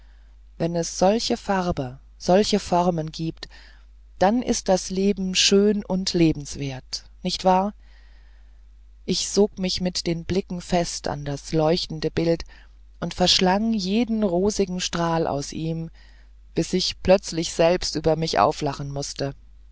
wenn es solche farben solche formen gibt dann ist das leben schön und lebenswert nicht wahr ich sog mich mit den blicken fest an das leuchtende bild und verschlang jeden rosigen strahl aus ihm bis ich plötzlich selbst über mich auflachen mußte